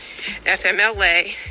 FMLA